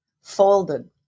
folded